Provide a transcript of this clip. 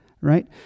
right